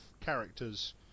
characters